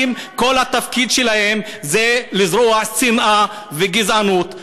אנשים שכל התפקיד שלהם זה לזרוע שנאה וגזענות.